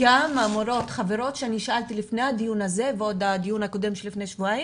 גם מורות חברות ששאלתי לפני הדיון הזה ולפני הדיון הקודם לפני שבועיים,